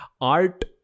art